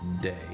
day